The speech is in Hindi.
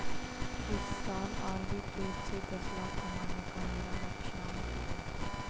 इस साल आरबी ट्रेज़ से दस लाख कमाने का मेरा लक्ष्यांक है